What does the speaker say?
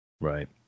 right